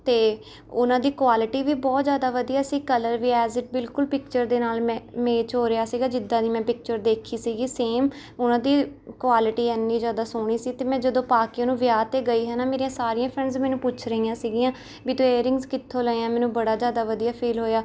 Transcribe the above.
ਅਤੇ ਉਹਨਾਂ ਦੀ ਕੁਆਲਿਟੀ ਵੀ ਬਹੁਤ ਜ਼ਿਆਦਾ ਵਧੀਆ ਸੀ ਕਲਰ ਵੀ ਐਜ਼ ਏ ਬਿਲਕੁਲ ਪਿਕਚਰ ਦੇ ਨਾਲ ਮੈ ਮੇਚ ਹੋ ਰਿਹਾ ਸੀਗਾ ਜਿੱਦਾਂ ਦੀ ਮੈਂ ਪਿਕਚਰ ਦੇਖੀ ਸੀਗੀ ਸੇਮ ਉਹਨਾਂ ਦੀ ਕੁਆਲਿਟੀ ਇੰਨੀ ਜ਼ਿਆਦਾ ਸੋਹਣੀ ਸੀ ਅਤੇ ਮੈਂ ਜਦੋਂ ਪਾ ਕੇ ਉਹਨੂੰ ਵਿਆਹ 'ਤੇ ਗਈ ਹੈ ਨਾ ਮੇਰੀਆਂ ਸਾਰੀਆਂ ਫਰੈਂਡਜ਼ ਮੈਨੂੰ ਪੁੱਛ ਰਹੀਆਂ ਸੀਗੀਆ ਵੀ ਤੂੰ ਏਅਰਰਿੰਗਸ ਕਿੱਥੋਂ ਲਏ ਆ ਮੈਨੂੰ ਬੜਾ ਜ਼ਿਆਦਾ ਵਧੀਆ ਫੀਲ ਹੋਇਆ